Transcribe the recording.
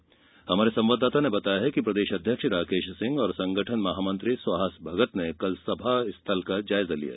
आकाशवाणी संवाददाता ने बताया है कि प्रदेश अध्यक्ष राकेश सिंह और संगठन महामंत्री सुहास भगत ने कल सभा स्थल का जायजा लिया